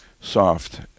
soft